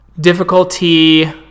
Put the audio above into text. difficulty